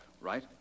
right